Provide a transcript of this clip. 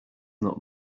not